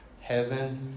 Heaven